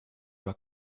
were